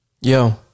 Yo